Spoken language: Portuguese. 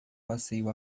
passeio